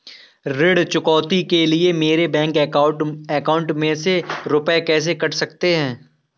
ऋण चुकौती के लिए मेरे बैंक अकाउंट में से रुपए कैसे कट सकते हैं?